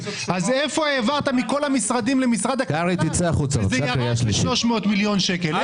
אז איפה העברת מכל המשרדים למשרד הכלכלה וזה ירד ל-300 מיליון שקל?